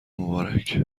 مبارک